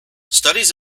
studies